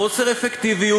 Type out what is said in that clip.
חוסר אפקטיביות,